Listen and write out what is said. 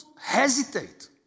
hesitate